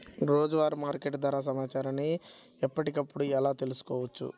రోజువారీ మార్కెట్ ధర సమాచారాన్ని ఎప్పటికప్పుడు ఎలా తెలుసుకోవచ్చు?